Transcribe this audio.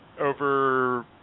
over